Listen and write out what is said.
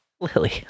lily